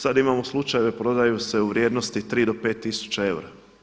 Sada imamo slučajeve, prodaju se u vrijednosti o 5 tisuća eura.